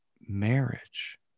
marriage